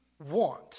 want